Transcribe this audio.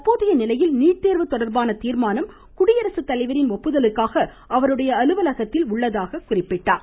தற்போதைய நிலையில் நீட்தேர்வு தொடர்பான தீர்மானம் குடியரசுத்தலைவரின் ஒப்புதலுக்காக அவருடைய அலுவலகத்தில் உள்ளதாக அமைச்சர் கூறினார்